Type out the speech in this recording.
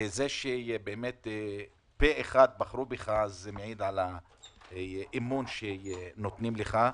זה שפה אחד בחרו בך, זה מעיד על האמון שנתנו לך.